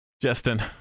Justin